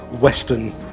western